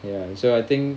ya so I think